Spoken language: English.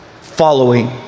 following